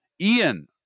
Ian